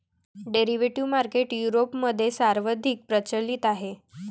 derivative market युरोपमध्ये सर्वाधिक प्रचलित आहे